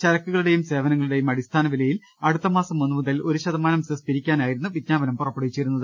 ചര ക്കുകളുടേയും സേവനങ്ങളുടേയും അടിസ്ഥാന വിലയിൽ അടുത്ത മാസം ഒന്നു മുതൽ ഒരു ശതമാനം സെസ് പിരിക്കാനായിരുന്നു വിജ്ഞാപനം പുറപ്പെടുവിച്ചിരുന്നത്